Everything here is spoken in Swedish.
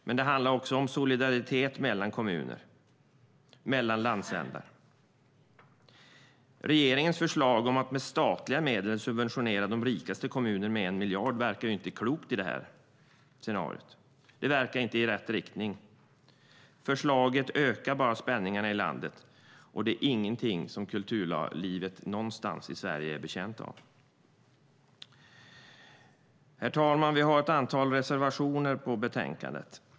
Det handlar också om solidaritet mellan kommuner och mellan landsändar. Regeringens förslag om att med statliga medel subventionera de rikaste kommunerna med 1 miljard verkar inte klokt i detta sammanhang. Det går inte i rätt riktning. Förslaget ökar bara spänningarna i landet, och det är inte kulturlivet i Sverige betjänt av någonstans. Herr talman! Vi har ett antal reservationer.